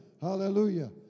hallelujah